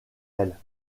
elle